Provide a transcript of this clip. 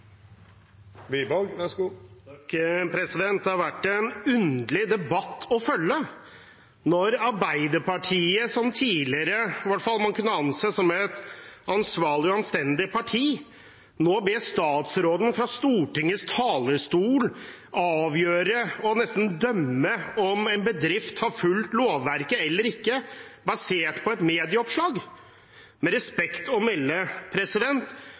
Det har vært en underlig debatt å følge når Arbeiderpartiet, som man i hvert fall tidligere kunne anse som et ansvarlig og anstendig parti, nå ber statsråden fra Stortingets talerstol avgjøre, og nesten dømme, om en bedrift har fulgt lovverket eller ikke, basert på et medieoppslag. Med respekt å melde,